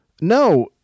No